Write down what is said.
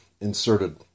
inserted